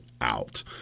out